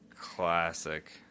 Classic